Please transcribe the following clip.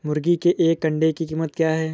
मुर्गी के एक अंडे की कीमत क्या है?